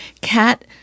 cat